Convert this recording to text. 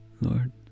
Lord